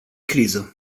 criză